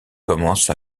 commence